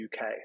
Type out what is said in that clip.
UK